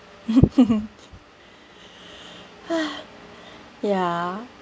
ya